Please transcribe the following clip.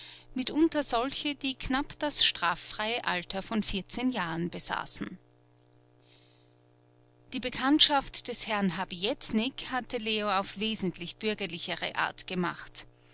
mitunter solche die knapp das straffreie alter von vierzehn jahren besaßen die bekanntschaft des herrn habietnik hatte leo auf wesentlich bürgerlichere art gemacht